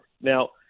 Now